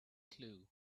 clue